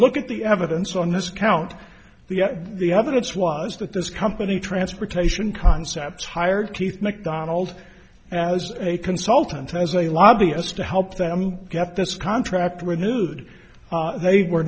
look at the evidence on this count the the evidence was that this company transportation concepts hired keith mcdonald as a consultant as a lobbyist to help them get this contract renewed they were